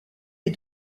les